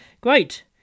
Great